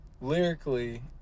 lyrically